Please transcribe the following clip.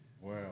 Wow